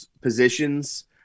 positions